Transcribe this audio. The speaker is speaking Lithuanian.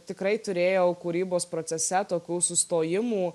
tikrai turėjau kūrybos procese tokių sustojimų